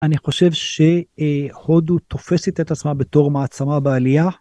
אני חושב שהודו תופסת את עצמה בתור מעצמה בעלייה.